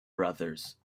brothers